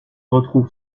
retrouve